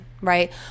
right